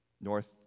north